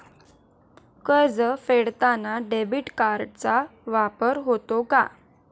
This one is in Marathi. कर्ज फेडताना डेबिट कार्डचा वापर होतो का?